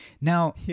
now